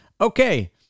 okay